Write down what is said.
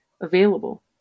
available